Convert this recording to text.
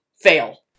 Fail